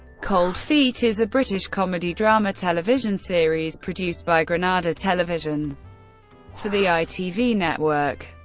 cold feet is a british comedy-drama television series produced by granada television for the itv network.